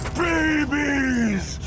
babies